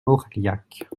orliac